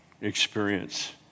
experience